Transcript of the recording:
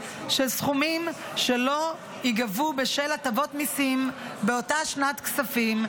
של סכומים שלא ייגבו בשל הטבות מיסים באותה שנת כספים,